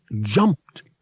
jumped